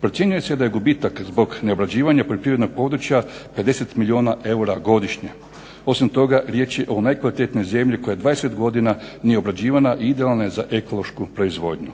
Procjenjuje se da je gubitak zbog neobrađivanja poljoprivrednog područja 50 milijuna eura godišnje. Osim toga, riječ je o najkvalitetnijoj zemlji koja 20 godina nije obrađivana i idealna je za ekološku proizvodnju.